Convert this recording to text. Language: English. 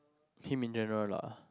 him in general lah